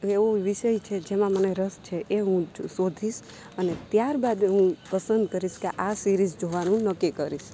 એવો વિષય છે જેમાં મને રસ છે એ હું શોધીશ અને ત્યારબાદ હું પસંદ કરીશ કે આ સિરીજ જોવાનું નક્કી કરીશ